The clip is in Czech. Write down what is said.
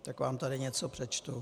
Tak vám tady něco přečtu: